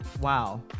Wow